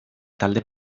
talde